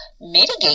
mitigate